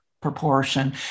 proportion